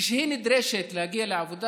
כשהיא נדרשת להגיע לעבודה,